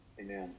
amen